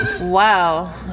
Wow